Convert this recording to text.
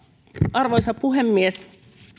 arvoisa puhemies